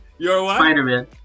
Spider-Man